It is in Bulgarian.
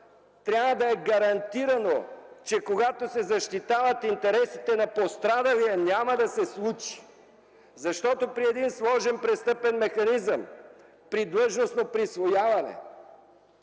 трябва да е гарантирано, че когато се защитават интересите на пострадалия няма да се случи? Защото при един сложен престъпен механизъм, при длъжностно присвояване